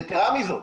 יתרה מזאת,